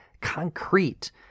concrete